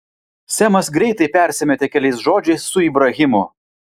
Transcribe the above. semas greitai persimetė keliais žodžiais su ibrahimu